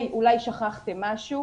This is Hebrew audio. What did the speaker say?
היי, אולי שכחתם משהו.